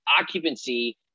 occupancy